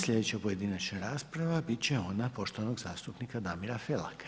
Sljedeća pojedinačna rasprava bit će ona poštovanog zastupnika Damira Felaka.